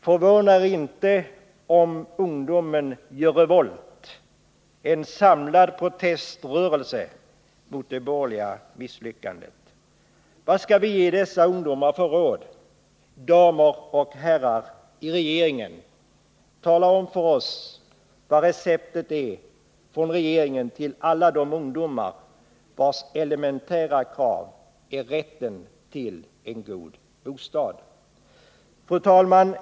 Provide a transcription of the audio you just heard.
Förvåna er inte om ungdomen gör revolt och sätter i gång en samlad proteströrelse mot det borgerliga misslyckandet! Vad skall vi ge dessa ungdomar för råd, damer och herrar i regeringen? Tala om för oss vad receptet är från regeringen till alla de ungdomar vilkas elementära krav är rätten till en god bostad. Fru talman!